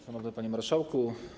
Szanowny Panie Marszałku!